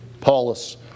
Paulus